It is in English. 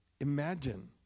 Imagine